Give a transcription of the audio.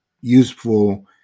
useful